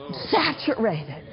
saturated